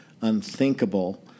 unthinkable